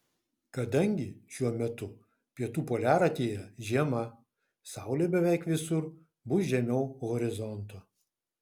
kadangi šiuo metu pietų poliaratyje žiema saulė beveik visur bus žemiau horizonto